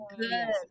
good